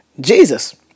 Jesus